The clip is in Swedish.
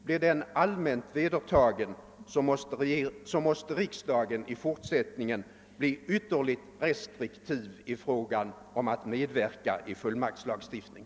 Blir den allmänt vedertagen, måste riksdagen i fortsättningen vara ytterligt restriktiv i fråga om att medverka till fullmaktslagstiftning.